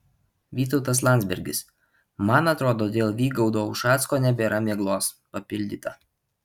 vytautas landsbergis man atrodo dėl vygaudo ušacko nebėra miglos papildyta